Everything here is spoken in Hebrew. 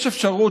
יש אפשרות,